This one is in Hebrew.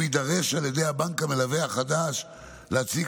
הוא יידרש על ידי הבנק המלווה החדש להציג